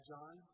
John